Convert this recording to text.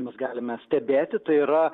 mes galime stebėti tai yra